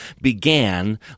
began